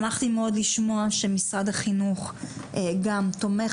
שמחתי מאוד לשמוע שמשרד החינוך גם הוא תומך